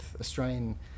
Australian